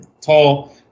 tall